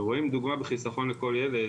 רואים דוגמה בחיסכון לכל ילד,